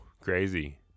crazy